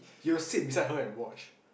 you sit beside her and watch